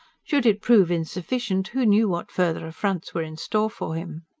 should it prove insufficient, who knew what further affronts were in store for him.